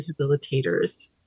rehabilitators